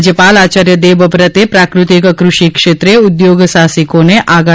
રાજ્યપાલ આચાર્ય દેવવ્રતે પ્રાકૃતિક કૃષિ ક્ષેત્રે ઉદ્યોગ સાહસિકોને આગળ